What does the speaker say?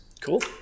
Cool